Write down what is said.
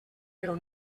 però